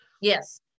Yes